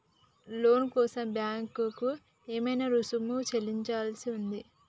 లోను కోసం బ్యాంక్ కి ఏమైనా రుసుము చెల్లించాల్సి ఉందా?